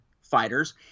fighters